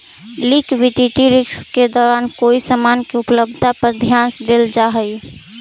liquidity risk के दौरान कोई समान के उपलब्धता पर ध्यान देल जा हई